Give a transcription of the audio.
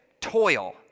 toil